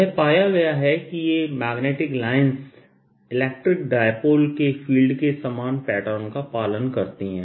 यह पाया गया है कि ये मैग्नेटिक लाइंस इलेक्ट्रिक डाइपोल के फील्ड के समान पैटर्न का पालन करती हैं